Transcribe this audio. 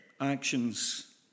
Actions